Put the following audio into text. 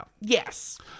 Yes